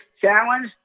challenge